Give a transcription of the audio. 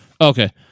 Okay